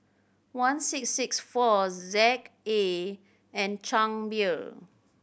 one six six four Z A and Chang Beer